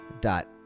dot